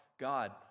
God